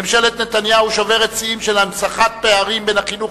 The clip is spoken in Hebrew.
ממשלת נתניהו שוברת שיאים של הנצחת פערים בין החינוך